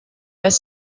pas